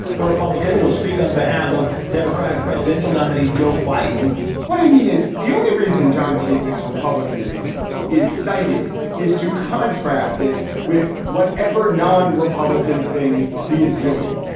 the republican will speak on behalf of democratic presidential nominee joe biden what i mean is the only reason, john, casis republicanism is cited is to contrast it with whatever non republican thing he is doing.